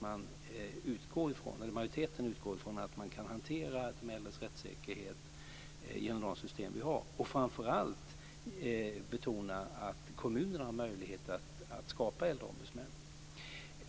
Majoriteten utgår från att man kan hantera de äldres rättssäkerhet genom de system vi har. Framför allt betonas det att kommunerna har möjligheter att skapa äldreombudsmän.